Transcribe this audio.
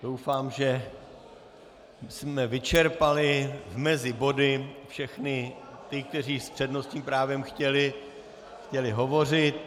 Doufám, že jsme vyčerpali mezi body všechny ty, kteří s přednostním právem chtěli hovořit.